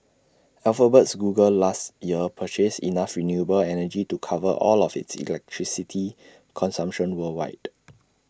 Alphabet's Google last year purchased enough renewable energy to cover all of its electricity consumption worldwide